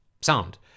sound